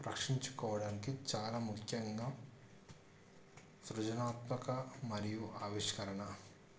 రక్షించుకోవడానికి చాలా ముఖ్యంగా సృజనాత్మక మరియు ఆవిష్కరణ